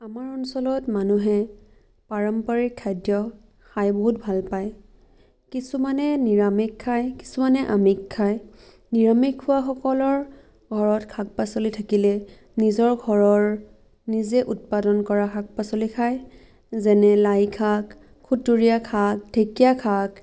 আমাৰ অঞ্চলত মানুহে পাৰম্পৰিক খাদ্য খাই বহুত ভাল পায় কিছুমানে নিৰামিষ খায় কিছুমানে আমিষ খায় নিৰামিষ খোৱাসকলৰ ঘৰত শাক পাচলি থাকিলে নিজৰ ঘৰৰ নিজে উৎপাদন কৰা শাক পাচলি খায় যেনে লাই শাক খুতৰীয়া শাক ঢেঁকীয়া শাক